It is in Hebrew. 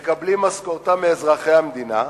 מקבלים משכורתם מאזרחי המדינה,